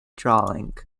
drawing